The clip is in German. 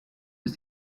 ist